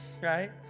right